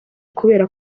kubera